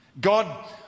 God